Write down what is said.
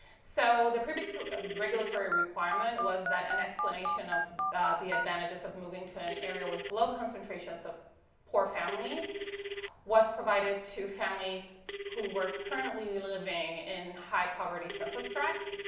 so the previous regulatory requirement was that an explanation of the advantages of moving to an area with low concentrations of poor families was provided to families who were currently living in high poverty census tracks,